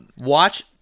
Watch